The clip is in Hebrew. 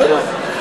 בסדר.